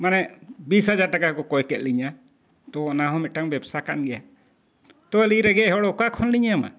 ᱢᱟᱱᱮ ᱵᱤᱥ ᱦᱟᱡᱟᱨ ᱴᱟᱠᱟ ᱠᱚ ᱠᱚᱭ ᱠᱮᱫ ᱞᱤᱧᱟᱹ ᱛᱚ ᱚᱱᱟ ᱦᱚᱸ ᱢᱤᱫᱴᱟᱝ ᱵᱮᱵᱽᱥᱟ ᱠᱟᱱ ᱜᱮᱭᱟ ᱛᱚ ᱟᱹᱞᱤᱧ ᱨᱮᱸᱜᱮᱡ ᱦᱚᱲ ᱚᱠᱟ ᱠᱷᱚᱱᱞᱤᱧ ᱮᱢᱟ